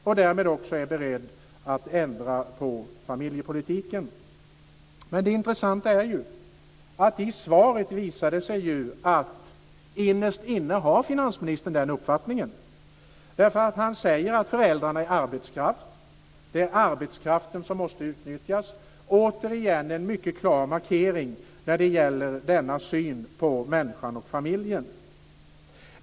Och är han därmed beredd att också ändra på familjepolitiken? Men det intressanta är ju att det i svaret visar sig att finansministern innerst inne har den uppfattningen. Han säger nämligen att föräldrarna är arbetskraft och att det är arbetskraften som måste utnyttjas. Det är återigen en mycket klart markering när det gäller denna syn på människan och familjen.